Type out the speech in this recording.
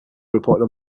reported